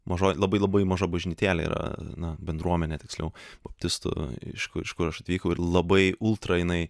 mažoj labai labai maža bažnytėlė yra gana bendruomenė tiksliau baptistų iš kur iš kur aš atvykauir labai ultra jinai